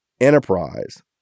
enterprise